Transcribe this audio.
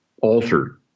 altered